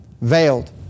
veiled